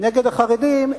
נגד החרדים,